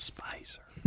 Spicer